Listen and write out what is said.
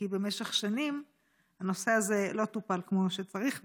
כי במשך שנים הנושא הזה לא טופל כמו שצריך,